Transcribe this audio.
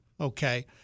okay